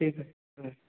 ঠিক আছে হ্যাঁ